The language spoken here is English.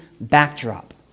backdrop